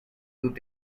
moved